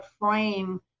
frame